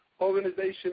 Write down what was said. organization